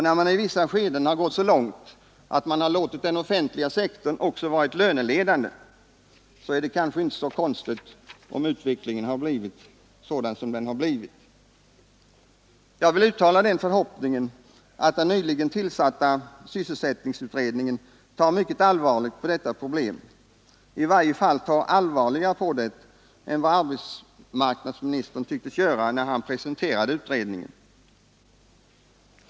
När man i vissa skeden har gått så långt att man låtit den offentliga sektorn också vara löneledande, så är det kanske inte så konstigt om utvecklingen har blivit sådan som vi fått uppleva den. Jag vill uttala den förhoppningen att den nyligen tillsatta sysselsättningsutredningen tar mycket allvarligt på detta problem, i varje fall allvarligare än vad arbetsmarknadsministern tycktes göra när han presenterade utredningen.